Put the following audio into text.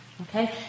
Okay